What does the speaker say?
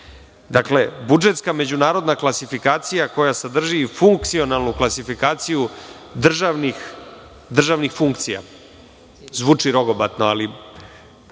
dakle, budžetska međunarodna klasifikacija koja sadrži i funkcionalnu klasifikaciju državnih funkcija. Zvuči rogobatno, ali